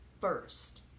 first